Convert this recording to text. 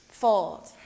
Fold